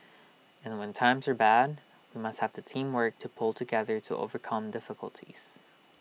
and when times are bad we must have the teamwork to pull together to overcome difficulties